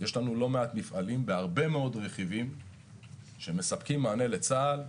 יש לנו לא מעט מפעלים בהרבה מאוד רכיבים שמספקים מענה לצה"ל.